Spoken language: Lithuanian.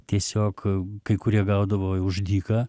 tiesiog kai kurie gaudavo už dyka